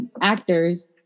actors